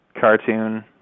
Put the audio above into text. cartoon